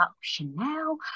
Chanel